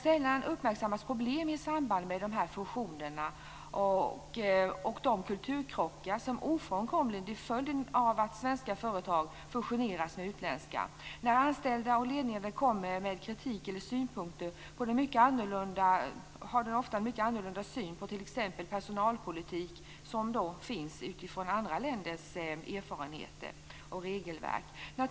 Sällan uppmärksammas problem i samband med de här fusionerna och de kulturkrockar som ofrånkomligen blir följden av att svenska företag fusioneras med utländska. När anställda och ledning kommer med kritik eller synpunkter har företaget ofta en mycket annorlunda syn på t.ex. personalpolitik, utifrån andra länders erfarenheter och regelverk.